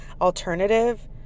alternative